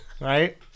right